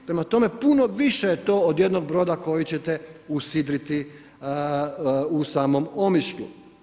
Prema tome puno više je to od jednog broda koji ćete usidriti u samom Omišlju.